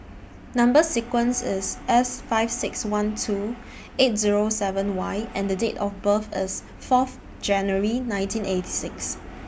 Number sequence IS S five six one two eight Zero seven Y and Date of birth IS Fourth January nineteen eighty six